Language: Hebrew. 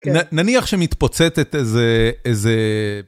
נניח שמתפוצטת איזה...